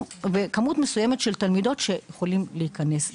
ובכמות מסוימת של תלמידות שיכולות להיכנס.